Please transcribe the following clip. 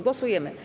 Głosujemy.